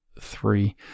Three